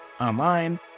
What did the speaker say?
online